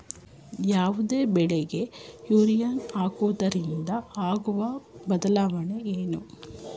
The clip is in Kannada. ಯಾವುದೇ ಬೆಳೆಗೆ ಯೂರಿಯಾ ಹಾಕುವುದರಿಂದ ಆಗುವ ಬದಲಾವಣೆ ಏನು?